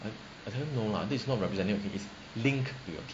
I I tell him no lah this not representing your kidney it is linked to your kidney